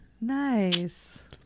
Nice